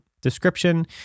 description